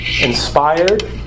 inspired